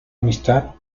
amistad